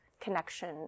connection